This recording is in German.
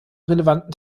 relevanten